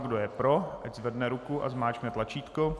Kdo je pro, ať zvedne ruku a zmáčkne tlačítko.